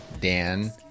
Dan